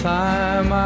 time